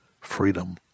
freedom